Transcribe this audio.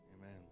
Amen